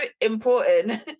important